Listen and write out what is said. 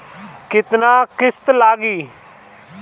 केतना किस्त लागी?